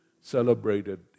celebrated